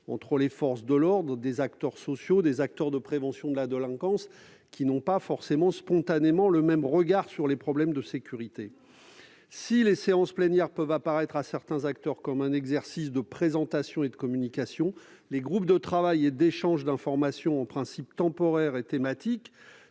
entre les forces de l'ordre, les acteurs sociaux, les acteurs de prévention de la délinquance, qui n'ont pas forcément spontanément le même regard sur les problèmes de sécurité. Si les séances plénières peuvent apparaître à certains acteurs comme un exercice de présentation et de communication, les groupes de travail et d'échange d'informations, en principe temporaires et thématiques,